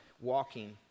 walking